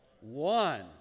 One